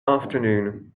afternoon